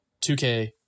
2k